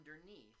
underneath